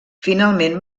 finalment